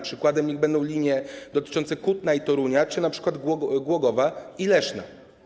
Przykładem niech będą linie dotyczące Kutna i Torunia czy np. Głogowa i Leszna.